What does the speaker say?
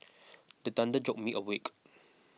the thunder jolt me awake